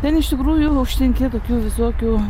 ten iš tikrųjų užtinki tokių visokių